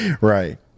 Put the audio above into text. Right